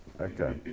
Okay